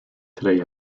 today